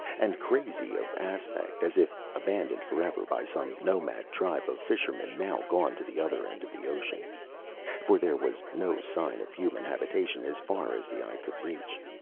and crazy of aspect as if abandoned forever by some nomad tribe of fishermen now gone to the other end of the ocean for there was no sign of human habitation as far as the eye could reach.